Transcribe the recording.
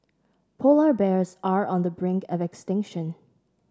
polar bears are on the brink of extinction